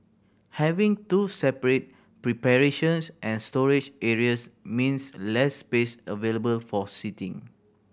having two separate preparations and storage areas means less space available for seating